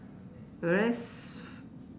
whereas